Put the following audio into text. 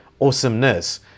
Awesomeness